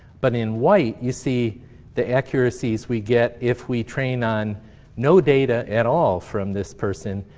but in white you see the accuracies we get if we train on no data at all from this person,